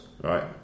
Right